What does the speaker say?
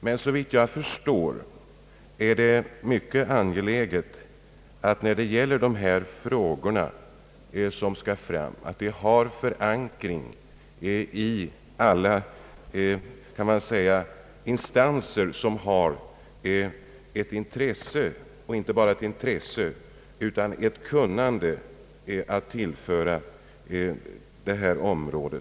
Men såvitt jag förstår är det mycket angeläget att man när det gäller dessa frågor har förankring i alla instanser som har ett intresse — inte bara ett intresse utan ett kunnande — att tillföra detta område.